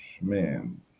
man